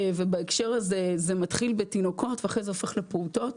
ובהקשר הזה זה מתחיל בתינוקות ואחרי זה הופך לפעוטות,